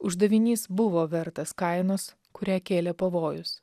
uždavinys buvo vertas kainos kurią kėlė pavojus